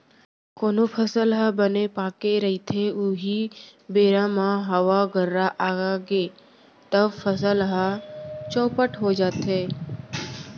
कोनो फसल ह बने पाके रहिथे उहीं बेरा म हवा गर्रा आगे तव फसल ह चउपट हो जाथे